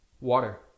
water